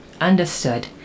understood